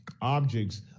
objects